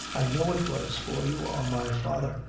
i know it was, for you are my father,